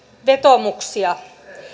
vetoomuksia